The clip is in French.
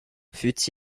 fût